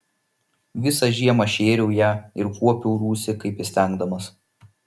visą žiemą šėriau ją ir kuopiau rūsį kaip įstengdamas